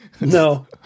no